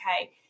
okay